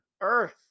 earth